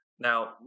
Now